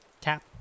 tap